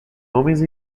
homens